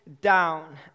down